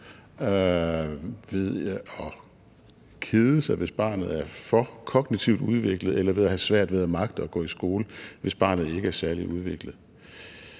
ved at kede sig, hvis barnet er for kognitivt udviklet, eller ved at have svært ved at magte at gå i skole, hvis barnet ikke er særlig udviklet.